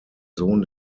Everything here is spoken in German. sohn